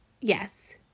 yes